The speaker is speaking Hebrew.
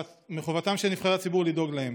ומחובתם של נבחרי הציבור לדאוג להם.